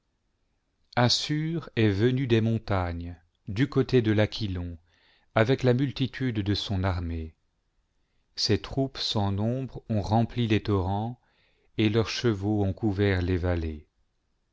assur est venu des montagnes du côté de l'aquillon avec la multitude de son armée ses troupes sans nombre ont rempli les torrents et leurs chevaux ont couvert les vallées